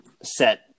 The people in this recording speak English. set